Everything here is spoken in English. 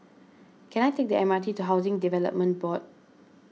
can I take the M R T to Housing Development Board